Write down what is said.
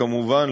כמובן,